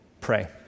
Pray